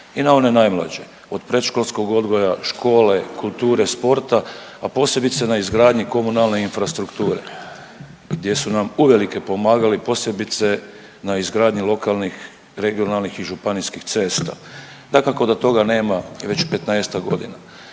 i na one najmlađe od predškolskog odgoja, škole, kulture, sporta, a posebice na izgradnje komunalne infrastrukture gdje su nam uvelike pomagali posebice na izgradnji lokalnih, regionalnih i županijskih cesta. Dakako da toga nema već 15-ak godina.